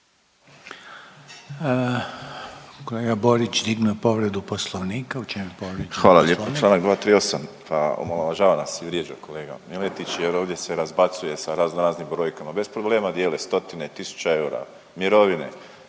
Kolega Borić dignuo je povredu poslovnika, u čemu je povrijeđen poslovnik? **Borić, Josip (HDZ)** Hvala lijepo. Čl. 238. pa omalovažava nas i vrijeđa kolega Miletić jer ovdje se razbacuje sa raznoraznim brojkama, bez problema dijeli stotine tisuća eura mirovine